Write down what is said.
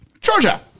Georgia